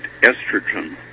estrogen